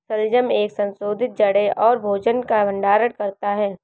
शलजम एक संशोधित जड़ है और भोजन का भंडारण करता है